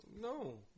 no